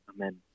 Amen